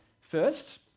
First